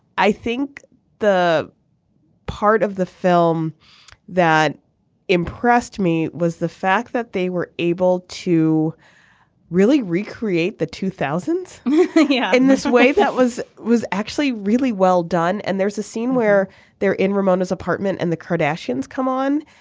i think the part of the film that impressed me was the fact that they were able to really recreate the two thousand s yeah in this way. that was was actually really well done. and there's a scene where they're in ramona's apartment and the cardassian come on.